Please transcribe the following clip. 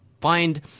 find